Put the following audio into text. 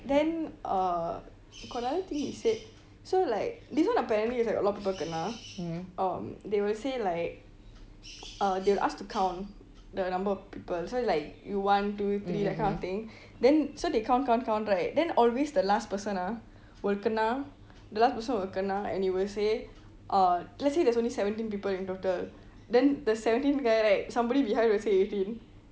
then uh got another thing they said so like this one apparently is like a lot of people kena um they will say like uh they will ask to count the number of people so it's like you one two three that kind of thing then so they count count count right then always the last person ah will kena the last person will kena and he will say uh let's say there's only seventeen people in total then the seventeenth guy right somebody behind will say eighteen